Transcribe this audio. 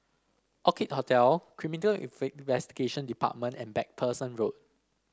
Orchid Hotel Criminal Investigation Department and MacPherson Road